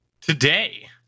today